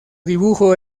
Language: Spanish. dibujo